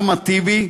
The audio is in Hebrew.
אחמד טיבי,